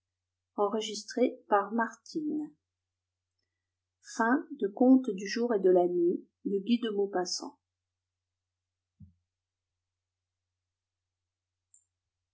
du jour et de la inuit yeux luisants le